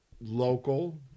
local